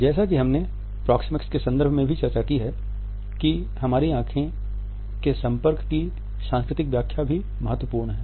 जैसा कि हमने प्रोक्सेमिक्स के संदर्भ में भी चर्चा की है कि हमारे आंखों के संपर्क की सांस्कृतिक व्याख्या भी महत्वपूर्ण है